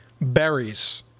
berries